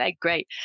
great